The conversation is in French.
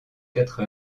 quatre